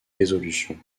résolutions